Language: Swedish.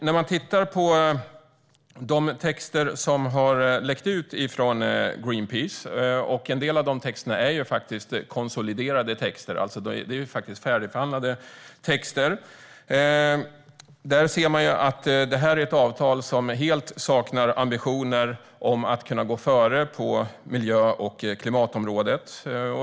När man tittar på de texter som har läckt ut från Greenpeace - en del av dessa texter är faktiskt konsoliderade och färdigförhandlade - ser man att detta är ett avtal som helt saknar ambitioner om att kunna gå före på miljö och klimatområdet.